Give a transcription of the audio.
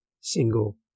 single